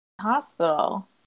hospital